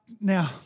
now